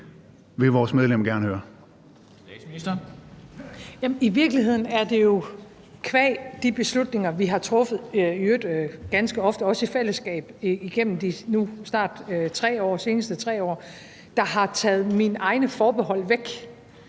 I virkeligheden er det jo qua de beslutninger, vi har truffet, i øvrigt ganske ofte også i fællesskab, igennem de seneste nu snart 3 år, der har taget mine egne forbehold væk.